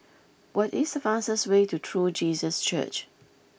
what is the fastest way to True Jesus Church